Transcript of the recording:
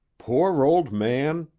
poor old man!